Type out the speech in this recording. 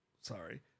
sorry